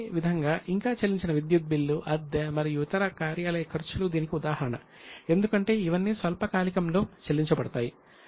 అదే విధంగా ఇంకా చెల్లించని విద్యుత్ బిల్లు అద్దె మరియు ఇతర కార్యాలయ ఖర్చులు దీనికి ఉదాహరణ ఎందుకంటే ఇవన్నీ స్వల్పకాలికంలో చెల్లించబడతాయి